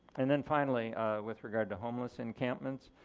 and then finally with regard to homeless encampments.